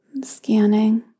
Scanning